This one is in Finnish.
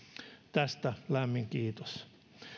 tästä lämmin kiitos